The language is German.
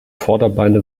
vorderbeine